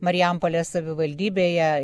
marijampolės savivaldybėje